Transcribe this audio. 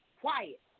quiet